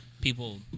people